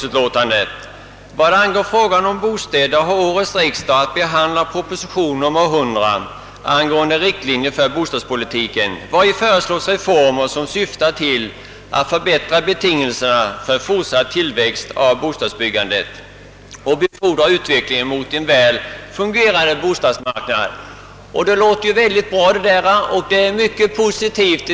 I utlåtandet säges: »Vad angår frågan om bostäder har årets riksdag att behandla proposition nr 100 angående riktlinjer för bostadspolitiken, vari föreslås reformer som syftar till att förbättra betingelserna för fortsatt tillväxt av bostadsbyggandet och befordra utvecklingen mot en väl fungerande bostadsmarknad.» Det låter bra och är positivt.